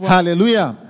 Hallelujah